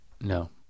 No